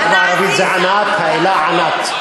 בערבית זה, ענת בערבית זה ענת, האלה ענת.